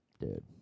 dude